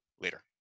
later